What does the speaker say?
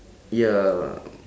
ya